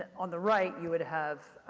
and on the right, you would have,